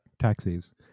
taxis